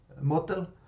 model